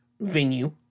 venue